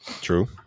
True